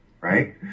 right